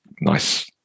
nice